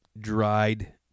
dried